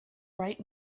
bright